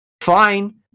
fine